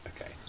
Okay